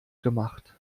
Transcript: gemacht